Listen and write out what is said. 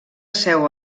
seu